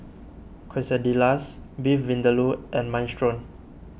Quesadillas Beef Vindaloo and Minestrone